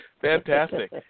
Fantastic